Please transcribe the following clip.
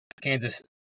Kansas